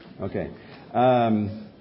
Okay